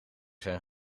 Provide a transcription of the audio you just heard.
zijn